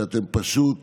היא שאתם פשוט